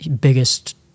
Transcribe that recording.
biggest